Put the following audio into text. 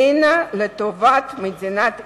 אינה לטובת מדינת ישראל.